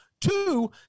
two